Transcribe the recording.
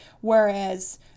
whereas